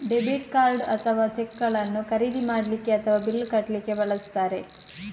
debit card ಅಥವಾ ಚೆಕ್ಗಳನ್ನು ಖರೀದಿ ಮಾಡ್ಲಿಕ್ಕೆ ಅಥವಾ ಬಿಲ್ಲು ಕಟ್ಲಿಕ್ಕೆ ಬಳಸ್ತಾರೆ